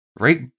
right